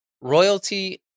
Royalty